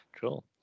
Cool